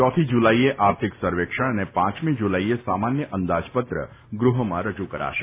ચોથી જુલાઈએ આર્થિક સર્વેક્ષણ અને પાંચમી જુલાઈએ સામાન્ય અંદાજપત્ર ગૃહમાં રજુ કરાશે